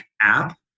app